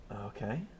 Okay